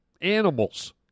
animals